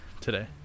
today